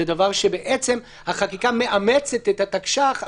בעצם החקיקה מאמצת התקש"ח,